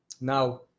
Now